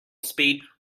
speed